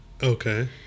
Okay